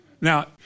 now